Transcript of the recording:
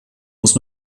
muss